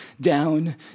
down